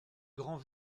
grand